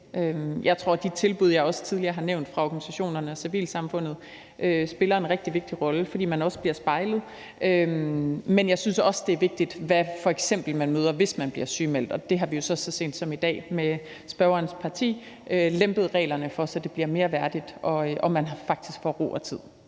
Jeg tror, de tilbud, jeg også tidligere har nævnt, fra organisationerne og civilsamfundet, spiller en rigtig vigtig rolle, fordi man her bliver spejlet, men jeg synes også, det er vigtigt, hvad man møder, hvis man f.eks. bliver sygemeldt, og der har vi jo så sent som i dag sammen med spørgerens parti lempet reglerne, så det bliver mere værdigt, i forhold til at man faktisk får ro og tid.